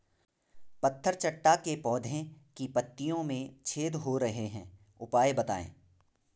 पत्थर चट्टा के पौधें की पत्तियों में छेद हो रहे हैं उपाय बताएं?